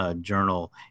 journal